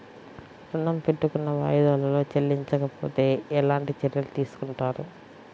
ఋణము పెట్టుకున్న వాయిదాలలో చెల్లించకపోతే ఎలాంటి చర్యలు తీసుకుంటారు?